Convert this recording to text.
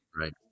Right